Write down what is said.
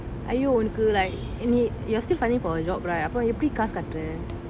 aiyo என்னக்கு:ennaku you're still finding for a job right எப்பிடி காசு கற்ற:epidi kaasu katra